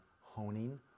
honing